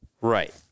Right